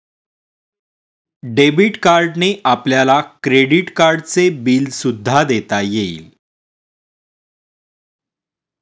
debit कार्डने आपल्याला credit कार्डचे बिल सुद्धा देता येईल